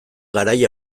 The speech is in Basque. garai